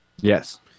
Yes